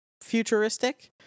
futuristic